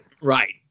right